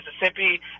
Mississippi